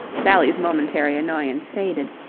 sally's momentary annoyance faded.